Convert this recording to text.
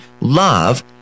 love